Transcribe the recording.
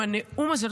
עם הנאום הזה,